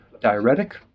diuretic